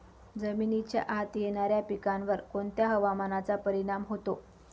जमिनीच्या आत येणाऱ्या पिकांवर कोणत्या हवामानाचा परिणाम होतो?